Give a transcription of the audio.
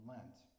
Lent